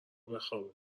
بخوابه